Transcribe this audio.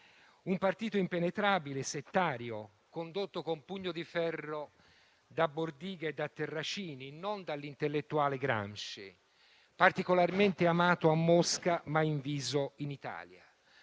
Un partito impenetrabile, settario, condotto con pugno di ferro da Bordiga e da Terracini, non dall'intellettuale Gramsci, particolarmente amato a Mosca ma inviso in Italia.